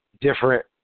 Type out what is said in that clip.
different